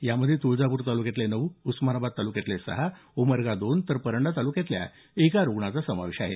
यामध्ये तुळजापूर तालुक्यातले नऊ उस्मानाबाद तालुक्यातले सहा उमरगा दोन तर परंडा ताल्क्यातल्या एका रुग्णाचा समावेश आहे